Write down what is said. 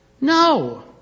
No